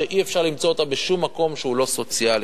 שאי-אפשר למצוא אותה בשום מקום שהוא לא סוציאלי,